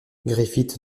griffith